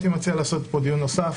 אני הייתי מציע לעשות דיון נוסף,